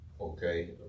Okay